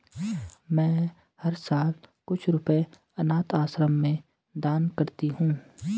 मैं हर साल कुछ रुपए अनाथ आश्रम में दान करती हूँ